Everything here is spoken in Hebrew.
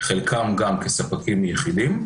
חלקם גם כספקים יחידים,